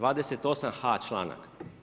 28h. članak.